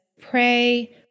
pray